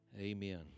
Amen